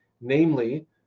namely